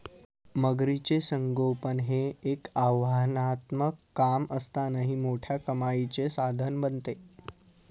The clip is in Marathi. मगरीचे संगोपन हे एक आव्हानात्मक काम असतानाही मोठ्या कमाईचे साधन बनते